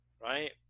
right